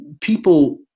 People